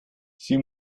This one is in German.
sie